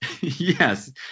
Yes